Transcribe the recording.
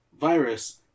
virus